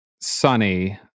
sunny